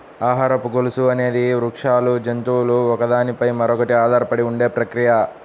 ఆహారపు గొలుసు అనేది వృక్షాలు, జంతువులు ఒకదాని పై మరొకటి ఆధారపడి ఉండే ప్రక్రియ